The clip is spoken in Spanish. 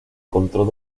control